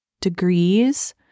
degrees